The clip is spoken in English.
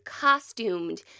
costumed